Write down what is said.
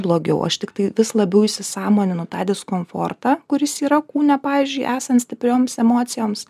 blogiau aš tiktai vis labiau įsisąmoninu tą diskomfortą kuris yra kūne pavyzdžiui esant stiprioms emocijoms